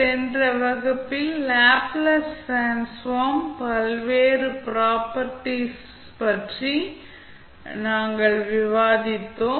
சென்ற வகுப்பில் Laplace transform பல்வேறு ப்ராப்பர்ட்டீஸ் பற்றி நாங்கள் விவாதித்தோம்